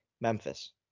Memphis